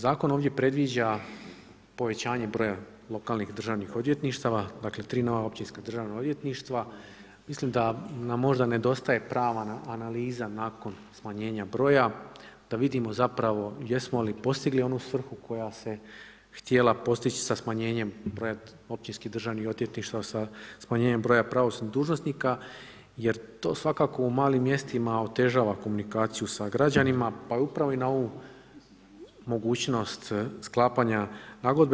Zakon ovdje predviđa povećane broja lokalnih državnih odvjetništava, dakle 3 nova općinska državna odvjetništva, mislim da nam možda nedostaje prava analiza nakon smanjenja broja, da vidimo zapravo jesmo li postigli onu svrhu koja se htjela postići sa smanjenjem broja općinskih državnih odvjetništva sa smanjenjem broja pravosudnih dužnosnika jer to svakako u malim mjestima otežava komunikaciju sa građanima, pa upravo i na ovu mogućnost sklapanja nagodbe.